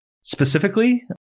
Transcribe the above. specifically